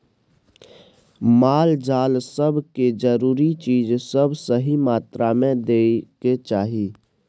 माल जाल सब के जरूरी चीज सब सही मात्रा में दइ के चाही